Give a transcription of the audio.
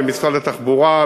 במשרד התחבורה,